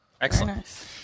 Excellent